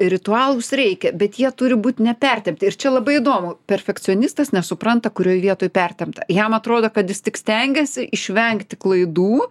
ritualus reikia bet jie turi būt nepertempti ir čia labai įdomu perfekcionistas nesupranta kurioj vietoj pertempta jam atrodo kad jis tik stengiasi išvengti klaidų